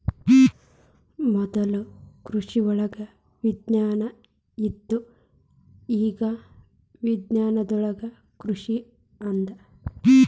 ಮೊದ್ಲು ಕೃಷಿವಳಗ ವಿಜ್ಞಾನ ಇತ್ತು ಇಗಾ ವಿಜ್ಞಾನದೊಳಗ ಕೃಷಿ ಅದ